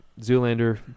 Zoolander